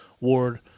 ward